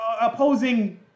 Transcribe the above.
opposing